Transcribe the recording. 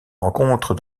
rencontre